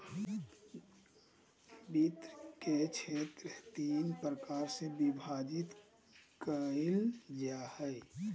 वित्त के क्षेत्र तीन प्रकार से विभाजित कइल जा हइ